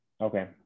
Okay